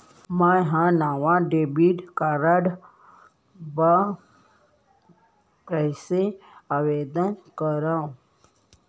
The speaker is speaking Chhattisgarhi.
मै हा नवा डेबिट कार्ड बर कईसे आवेदन करव?